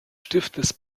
stiftes